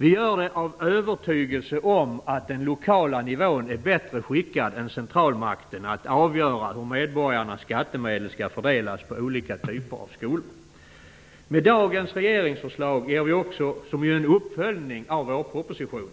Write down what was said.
Vi gör det av övertygelse om att den lokala nivån är bättre skickad än centralmakten att avgöra hur medborgarnas skattemedel skall fördelas på olika typer av skolor. Med dagens regeringsförslag, som ju är en uppföljning av vårpropositionen,